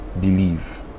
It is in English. believe